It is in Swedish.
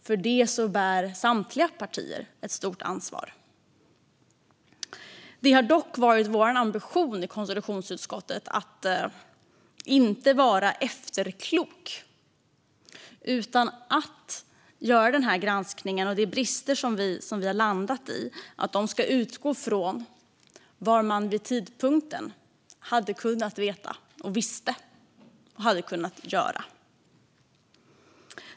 För detta bär samtliga partier ett stort ansvar. Det har dock varit vår ambition i konstitutionsutskottet att inte vara efterkloka utan att göra den här granskningen. De brister som vi har landat i är vad man vid tidpunkten visste och vad man hade kunnat göra.